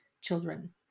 children